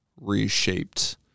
reshaped